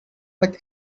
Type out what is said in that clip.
but